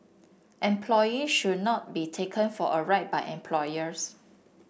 employees should not be taken for a ride by employers